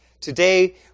Today